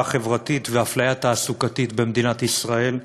חברתית ואפליה תעסוקתית במדינת ישראל.